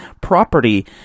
property